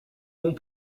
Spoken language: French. vont